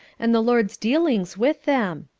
and the lord's dealings with them.